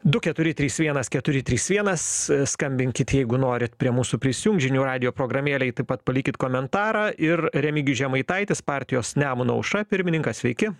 du keturi trys vienas keturi trys vienas skambinkit jeigu norit prie mūsų prisijungt žinių radijo programėlėj taip pat palikit komentarą ir remigijus žemaitaitis partijos nemuno aušra pirmininkas sveiki